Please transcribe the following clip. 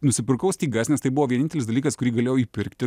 nusipirkau stygas nes tai buvo vienintelis dalykas kurį galėjau įpirkti